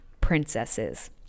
princesses